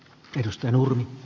herra puhemies